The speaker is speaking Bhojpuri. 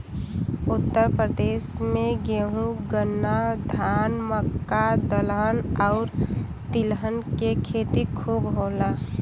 उत्तर प्रदेश में गेंहू, गन्ना, धान, मक्का, दलहन आउर तिलहन के खेती खूब होला